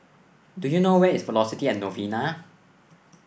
do you know where is Velocity at Novena